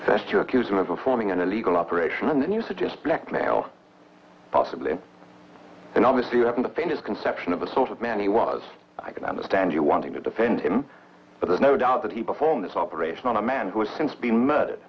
test you accuse him of performing an illegal operation and you suggest blackmail possibly and obviously you haven't the faintest conception of the sort of man he was i can understand you wanting to defend him but there's no doubt that he performed this operation on a man who has since been mu